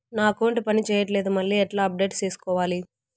నా అకౌంట్ పని చేయట్లేదు మళ్ళీ ఎట్లా అప్డేట్ సేసుకోవాలి?